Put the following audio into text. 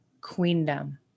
queendom